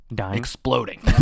exploding